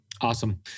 Awesome